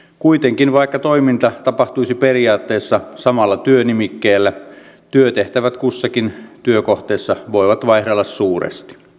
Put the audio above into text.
kuitenkin vaikka toiminta tapahtuisi periaatteessa samalla työnimikkeellä työtehtävät kussakin työkohteessa voivat vaihdella suuresti